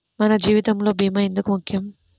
మన జీవితములో భీమా ఎందుకు ముఖ్యం?